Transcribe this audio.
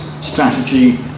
strategy